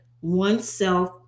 oneself